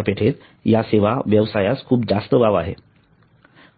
बाजारपेठेत या सेवा व्यवसायास खूप जास्त वाव आहे जास्त आहे